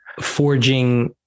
forging